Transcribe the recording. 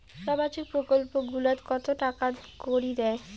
সামাজিক প্রকল্প গুলাট কত টাকা করি দেয়?